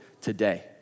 today